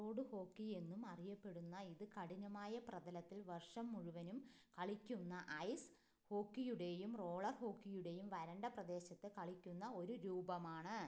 road hockey എന്നും അറിയപ്പെടുന്ന ഇത് കഠിനമായ പ്രതലത്തിൽ വർഷം മുഴുവനും കളിക്കുന്ന ഐസ് ഹോക്കിയുടെയും റോളർ ഹോക്കിയുടെയും വരണ്ട പ്രദേശത്ത് കളിക്കുന്ന ഒരു രൂപമാണ്